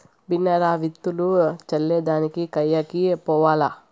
బిన్నే రా, విత్తులు చల్లే దానికి కయ్యకి పోవాల్ల